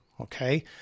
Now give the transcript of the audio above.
Okay